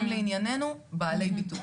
הם לענייננו בעלי ביטוח.